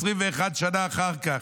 21 שנה אחר כך.